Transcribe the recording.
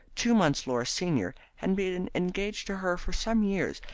two months laura's senior, had been engaged to her for some years,